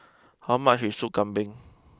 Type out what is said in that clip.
how much is Sop Kambing